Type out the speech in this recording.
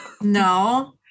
No